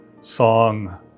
song